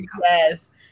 yes